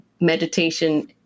meditation